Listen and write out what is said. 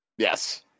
Yes